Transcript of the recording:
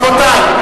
רבותי,